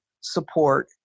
support